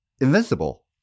invincible